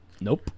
nope